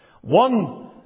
One